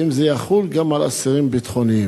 האם זה יחול גם על אסירים ביטחוניים,